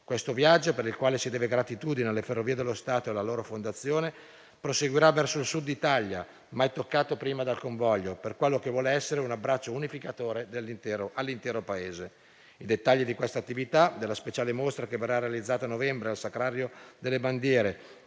Questo viaggio, per il quale si deve gratitudine alle Ferrovie dello Stato e alla loro Fondazione, proseguirà verso il Sud Italia, ma è toccato prima dal convoglio, per quello che vuole essere un abbraccio unificatore all'intero Paese. I dettagli di questa attività, della speciale mostra che verrà realizzata a novembre al Sacrario delle bandiere,